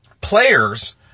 players